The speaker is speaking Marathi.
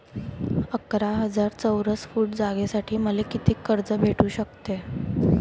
अकरा हजार चौरस फुट जागेसाठी मले कितीक कर्ज भेटू शकते?